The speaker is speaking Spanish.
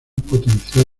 potencial